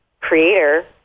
creator